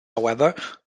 however